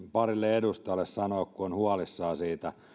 edustajalle sanoa kun ovat huolissaan siitä